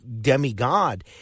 demigod